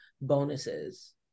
bonuses